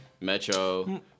Metro